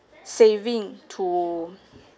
saving to